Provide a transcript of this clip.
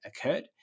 occurred